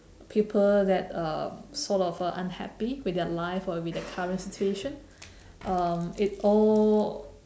people that uh sort of uh unhappy with their life or with their current situation um it all